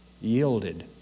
yielded